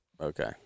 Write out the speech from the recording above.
Okay